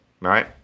right